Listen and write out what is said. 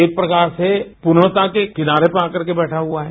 एक प्रकार से पूर्णता के किनारे पर आकर के बैठा हुआ है